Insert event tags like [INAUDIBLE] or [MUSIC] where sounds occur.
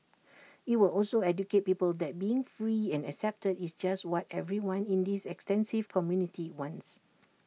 [NOISE] IT will also educate people that being free and accepted is just what everyone in this extensive community wants